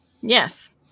Yes